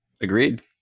Agreed